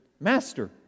Master